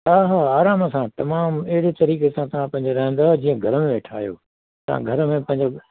हा हा आराम सां तमामु एड़ो तरीक़े सां तव्हां पंहिंजे रहंदा जीअं पंहिंजे घर में वेठा आहियो तव्हां घर में मतलबु